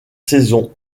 saison